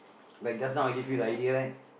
like just now I give you the idea right